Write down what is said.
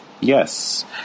Yes